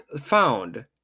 found